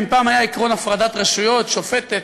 אם פעם היה עקרון הפרדת רשויות: שופטת,